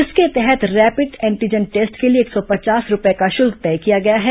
इसके तहत rapid antigen test के लिए एक सौ पचास रूपये का शुल्क तय किया गया है